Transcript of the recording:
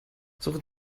suche